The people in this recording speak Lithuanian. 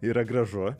yra gražu